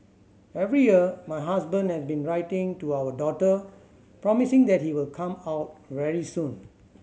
every year my husband has been writing to our daughter promising that he will come out very soon